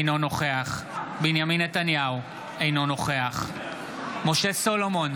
אינו נוכח בנימין נתניהו, אינו נוכח משה סולומון,